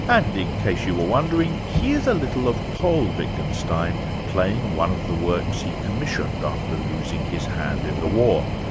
and in case you were wondering, here's a little of paul wittgenstein playing one of the works he commissioned after losing his hand in the war,